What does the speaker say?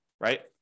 right